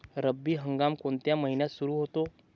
रब्बी हंगाम कोणत्या महिन्यात सुरु होतो?